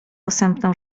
posępną